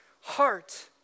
heart